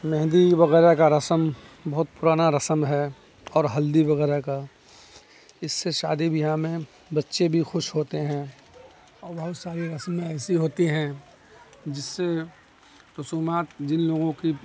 مہندی وغیرہ کا رسم بہت پرانا رسم ہے اور ہلدی وغیرہ کا اس سے شادی بیاہ میں بچے بھی خوش ہوتے ہیں اور بہت ساری رسمیں ایسی ہوتی ہیں جس سے رسومات جن لوگوں کی